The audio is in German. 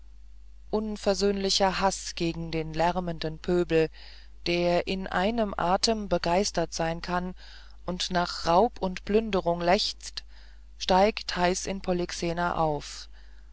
unversöhnlicher haß gegen den lärmenden pöbel der in einem atem begeistert sein kann und nach raub und plünderung lechzt steigt heiß in polyxena auf